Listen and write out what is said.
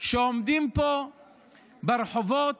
שעומדים פה ברחובות